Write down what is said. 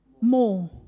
more